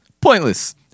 pointless